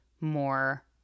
more